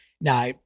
Now